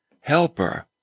helper